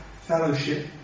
fellowship